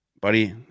buddy